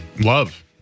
Love